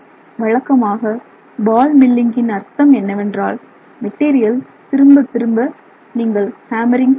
வழக்கமாக பால் மில்லிங்கின் அர்த்தம் என்னவென்றால் மெட்டீரியல் திரும்பத் திரும்ப நீங்கள் ஹேமரிங் செய்கிறீர்கள்